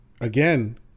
again